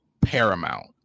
paramount